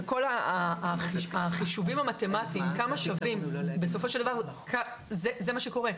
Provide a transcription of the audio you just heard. וכל החישובים המתמטיים כמה שווים בסופו של דבר זה מה שקורה,